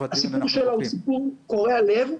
הסיפור שלה הוא סיפור קורע לב,